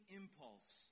impulse